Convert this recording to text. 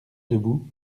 debout